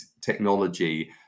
technology